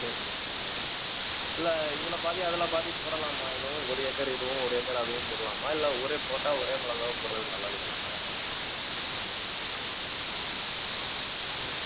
சேரிண்ணா சேரிண்ணா இல்லை இதில் பாதி அதில் பாதி போடலாமா இதுவும் ஒரு ஏக்கர் இதுவும் ஒரு ஏக்கர் அதுவும் போடலாமா இல்லை ஒரே போட்டால் ஒரே மிளகாவ போடுறது நல்லதுங்களாண்ணா ம்